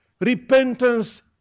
Repentance